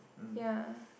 ya